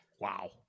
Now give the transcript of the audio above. Wow